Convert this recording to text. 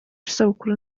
isabukuru